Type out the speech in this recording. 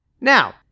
Now